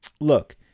look